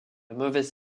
mauvaise